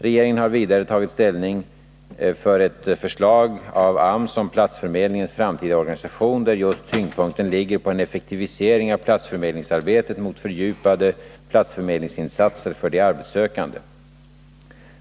Regeringen har vidare tagit ställning för ett förslag av AMS om platsförmedlingens framtida organisation, där just tyngdpunkten ligger på en effektivisering av platsförmedlingsarbetet mot fördjupade platsförmedlingsinsatser för de arbetssökande.